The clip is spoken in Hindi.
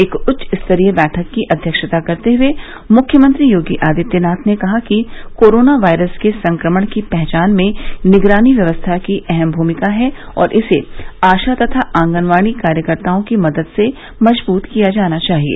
एक उच्च स्तरीय बैठक की अध्यक्षता करते हुए मुख्यमंत्री योगी आदित्यनाथ ने कहा कि कोरोना वायरस के संक्रमण की पहचान में निगरानी व्यवस्था की अहम भूमिका है और इसे आशा तथा आंगनवाड़ी कार्यकर्ताओं की मदद से मजबूत किया जाना चाहिए